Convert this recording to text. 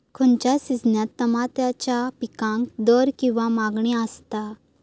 खयच्या सिजनात तमात्याच्या पीकाक दर किंवा मागणी आसता?